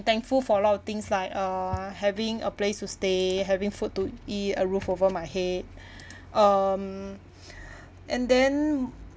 thankful for a lot of things like uh having a place to stay having food to eat a roof over my head um and then